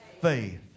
faith